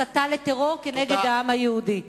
הסתה לטרור כנגד העם היהודי.